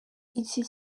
iki